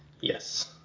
Yes